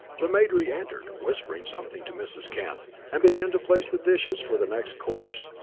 the maid reentered, whispered something to mrs. kent, and began to place the dishes for the next course.